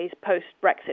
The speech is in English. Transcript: post-Brexit